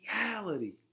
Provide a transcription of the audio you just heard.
reality